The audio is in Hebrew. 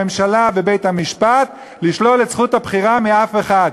הממשלה ובית-המשפט לשלול את זכות הבחירה מאף אחד,